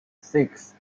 six